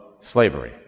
slavery